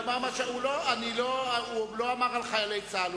הוא לא אמר על חיילי צה"ל.